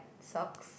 socks